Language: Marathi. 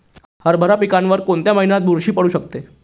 हरभरा पिकावर कोणत्या महिन्यात बुरशी पडू शकते?